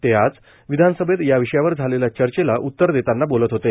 ते आज विधानसभेत या विषयावर झालेल्या चर्चेला उत्तर देत होते